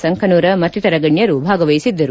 ಸಂಕನೂರ ಮತ್ತಿತರ ಗಣ್ಣರು ಭಾಗವಹಿಸಿದ್ದರು